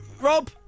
Rob